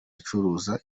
acuruza